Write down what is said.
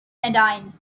nadine